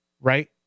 right